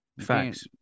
Facts